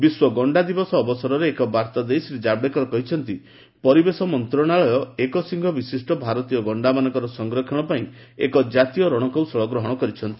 ବିଶ୍ୱ ଗଣ୍ଡା ଦିବସ ଅବସରରେ ଏକ ବାର୍ତ୍ତା ଦେଇ ଶ୍ରୀ କାବଡେକର କହିଛନ୍ତି ପରିବେଶ ମନ୍ତ୍ରଣାଳୟ ଏକସିଙ୍ଗ ବିଶିଷ୍ଟ ଭାରତୀୟ ଗଣ୍ଡାମାନଙ୍କ ସଂରକ୍ଷଣ ପାଇଁ ଏକ ଜାତୀୟ ରଣକୌଶଳ ଗ୍ରହଣ କରିଛନ୍ତି